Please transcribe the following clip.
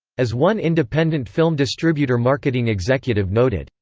as one independent film distributor marketing executive noted,